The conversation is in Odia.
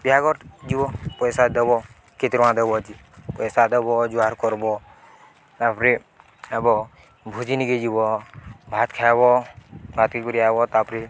ବିହାଘର ଯିବ ପଇସା ଦେବ କେତେ ଟଙ୍କା ଦେବ ଅଛି ପଇସା ଦେବ ଜୁହାର କରବ ତାପରେ ହେବ ଭୋଜି ନେଇକି ଯିବ ଭାତ ଖାଇବ ଭତିକୁୁରି ଆଇବ ତାପରେ